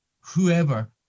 whoever